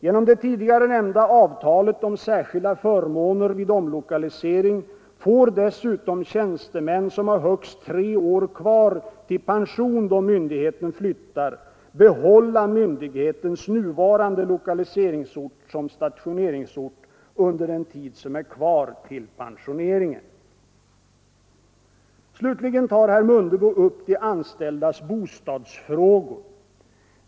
Genom det tidigare nämnda avtalet om särskilda förmåner vid omlokalisering får dessutom tjänstemän som har högst tre år kvar till pension då myndigheten flyttar behålla myndighetens nuvarande lokaliseringsort som stationeringsort under den tid som är kvar till pensioneringen. Slutligen tar herr Mundebo upp de anställdas bostadsfrågor.